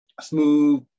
smooth